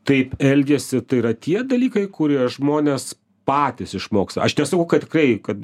taip elgiasi tai yra tie dalykai kurie žmones patys išmoks aš nesakau kad tikrai kad